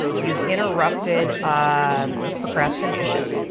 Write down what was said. you've interrupted ah procrastination.